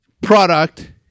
product